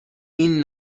این